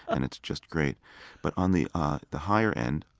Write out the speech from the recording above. and it's just great but on the ah the higher end,